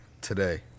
Today